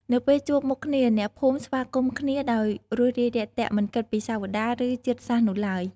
នៅពេលជួបមុខគ្នា អ្នកភូមិស្វាគមន៍គ្នាដោយរួសរាយរាក់ទាក់មិនគិតពីសាវតា ឬជាតិសាសន៍នោះឡើយ។